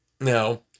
Now